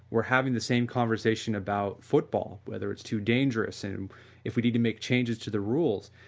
we are having the same conversation about football whether it's too dangerous, and if we need to make changes to the rules,